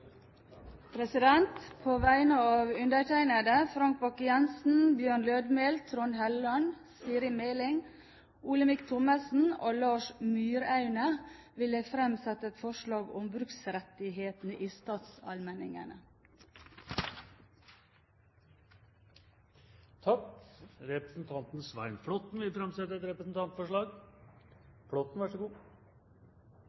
På vegne av undertegnede, Frank Bakke-Jensen, Bjørn Lødemel, Trond Helleland, Siri A. Meling, Olemic Thommessen og Lars Myraune vil jeg fremsette et forslag om bruksrettighetene i statsalmenningene. Representanten Svein Flåtten vil framsette et representantforslag.